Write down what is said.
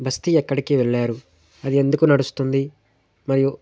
బస్తి ఎక్కడికి వెళ్ళారు అది ఎందుకు నడుస్తుంది మరియు